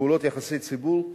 פעולות יחסי ציבור,